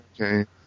okay